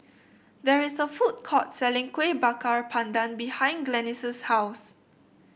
there is a food court selling Kueh Bakar Pandan behind Glennis' house